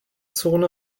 zone